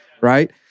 right